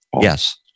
Yes